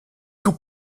tout